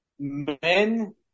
Men